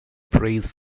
praise